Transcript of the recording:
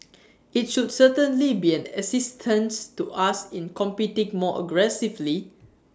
IT should certainly be an assistance to us in competing more aggressively